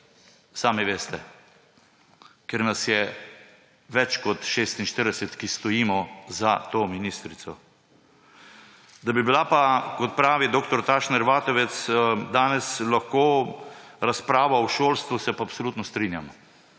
sami veste, ker nas je več kot 46, ki stojimo za to ministrico. Da bi bila pa, kot pravi dr. Tašner Vatovec, danes lahko razprava o šolstvu, se pa absolutno strinjam;